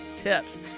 tips